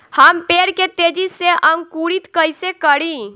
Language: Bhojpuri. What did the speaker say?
हम पेड़ के तेजी से अंकुरित कईसे करि?